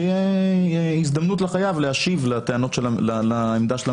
שתהיה הזדמנות לחייב להשיב לעמדה של הממונה.